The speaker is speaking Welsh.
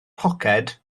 poced